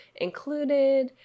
included